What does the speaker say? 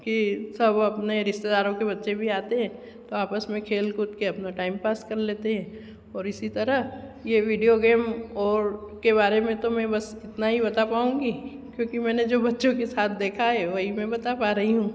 की सब अपने रिश्तेदारों के बच्चे भी आते तो आपस में खेल कूद के अपना टाइम पास कर लेते और इसी तरह ये वीडियो गेम और के बारे में तो बस इतना ही बता पाऊंगी क्योंकि मैंने बच्चों के साथ जो देखा है वही बता पा रही हूँ